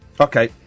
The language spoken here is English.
okay